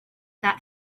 that